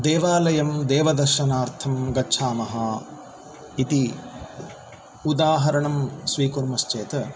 देवालयं देवदर्शनार्थं गच्छामः इति उदाहरणं स्वीकुर्मश्चेत